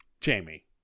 Jamie